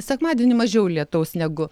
sekmadienį mažiau lietaus negu